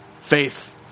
Faith